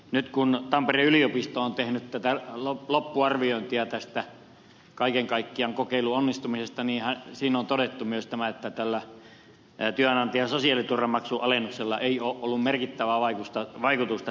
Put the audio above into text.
nyt kun tampereen yliopisto on tehnyt loppuarviointia kaiken kaikkiaan kokeilun onnistumisesta siinä on myös todettu että työnantajan sosiaaliturvamaksun alennuksella ei ole ollut merkittävää vaikutusta työllistymisen kannalta